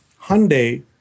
Hyundai